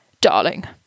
Darling